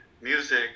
music